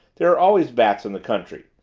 there are always bats in the country.